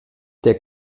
der